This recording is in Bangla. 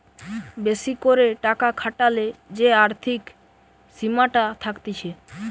বেশি করে টাকা খাটালে যে আর্থিক সীমাটা থাকতিছে